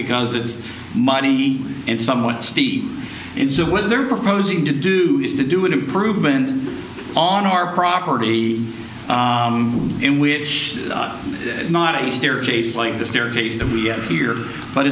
because it is muddy and somewhat steep and so whether they're proposing to do is to do an improvement on our property in which not a staircase like the staircase the we are here but